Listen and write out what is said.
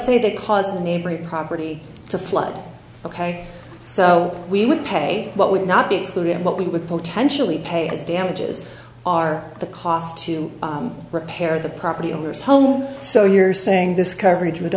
say that cause the neighborhood property to flood ok so we would pay what would not be excluded and what we would potentially pay as damages are the cost to repair the property owner's home so you're saying this coverage would